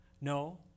No